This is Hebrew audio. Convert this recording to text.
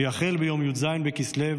שיחול ביום י"ז בכסלו,